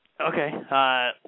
Okay